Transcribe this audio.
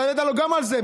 אתה העלית לו גם על זה.